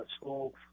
school